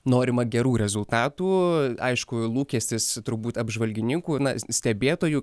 norima gerų rezultatų aišku lūkestis turbūt apžvalgininkų ir stebėtojų